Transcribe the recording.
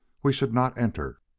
we should not enter.